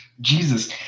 Jesus